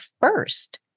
first